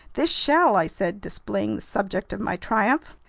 this shell, i said, displaying the subject of my triumph.